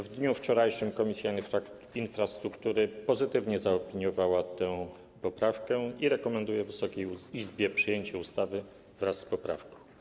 W dniu wczorajszym Komisja Infrastruktury pozytywnie zaopiniowała tę poprawkę i rekomenduje Wysokiej Izbie przyjęcie ustawy wraz z poprawką.